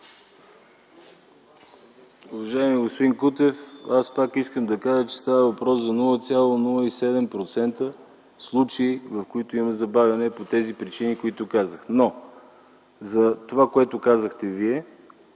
Уважаеми господин Кутев, аз пак искам да кажа, че става въпрос за 0,07% случаи, в които има забавяне по тези причини, които казах. Това, за което казахте Вие,